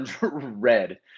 red